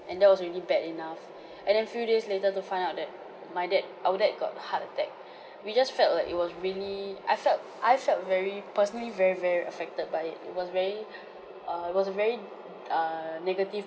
and that was really bad enough and then few days later to find out that my dad our dad got a heart attack we just felt like it was really I felt I felt very personally very very affected by it was very err it was a very err negative